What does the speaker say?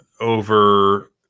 over